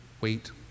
Wait